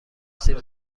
سیب